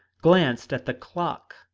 glanced at the clock,